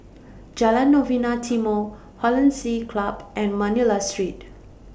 Jalan Novena Timor Hollandse Club and Manila Street